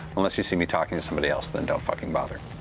unless you see me talking to somebody else, then don't fucking bother.